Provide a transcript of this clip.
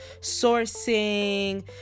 sourcing